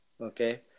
okay